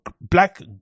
Black